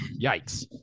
Yikes